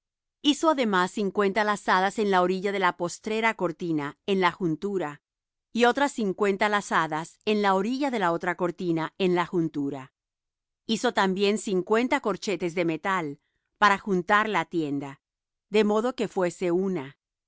hizo además cincuenta lazadas en la orilla de la postrera cortina en la juntura y otras cincuenta lazadas en la orilla de la otra cortina en la juntura hizo también cincuenta corchetes de metal para juntar la tienda de modo que fuese una